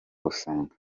gusenga